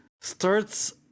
starts